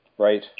Right